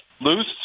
loose